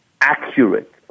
accurate